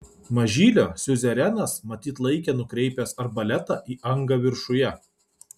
mažylio siuzerenas matyt laikė nukreipęs arbaletą į angą viršuje